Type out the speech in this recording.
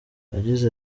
yagize